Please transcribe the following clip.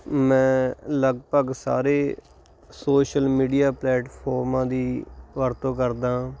ਮੈਂ ਲਗਭਗ ਸਾਰੇ ਸੋਸ਼ਲ ਮੀਡੀਆ ਪਲੇਟਫੋਰਮਾਂ ਦੀ ਵਰਤੋਂ ਕਰਦਾ ਹਾਂ